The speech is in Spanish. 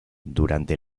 durante